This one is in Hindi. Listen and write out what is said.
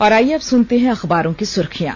और आइये अब सुनते हैं अखबारों की सुर्खियां